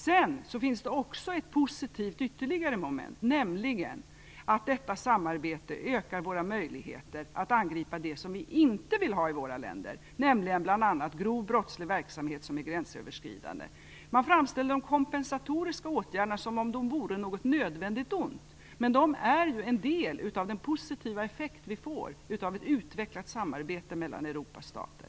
Det finns dessutom ytterligare ett positivt moment, nämligen att detta samarbete ökar våra möjligheter att angripa det som vi inte vill ha i våra länder, nämligen bl.a. gränsöverskridande grov brottslighet. Man framställer de kompensatoriska åtgärder som ett nödvändigt ont, men de är en del av den positiva effekt som vi får av ett utvecklat samarbete mellan Europas stater.